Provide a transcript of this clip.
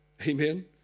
amen